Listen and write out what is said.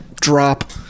drop